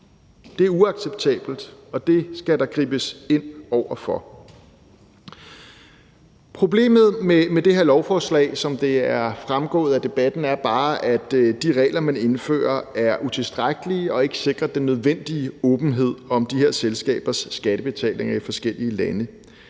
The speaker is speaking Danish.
Det er uacceptabelt, og det skal der gribes ind over for. Problemet med det her lovforslag er bare, som det er fremgået af debatten, at de regler, man indfører, er utilstrækkelige og ikke sikrer den nødvendige åbenhed om de her selskabers skattebetaling i forskellige lande.